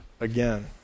again